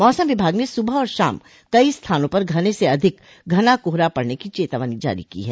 मौसम विभाग ने सुबह और शाम कई स्थानों पर घने से अधिक घना कोहरा पड़ने की चेतावनी जारी की है